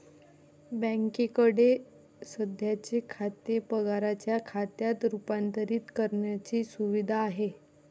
बँकेकडे सध्याचे खाते पगाराच्या खात्यात रूपांतरित करण्याची सुविधा आहे